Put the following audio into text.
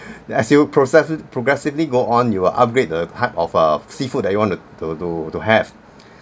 as you will process~ progressively go on you will upgrade the type of uh seafood that you want to to to have